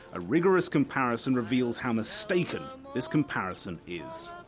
a rigorous comparison reveals how mistaken this comparison is.